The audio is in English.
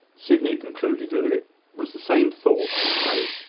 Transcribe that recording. sydney concluded that it was the same thought which made